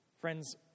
Friends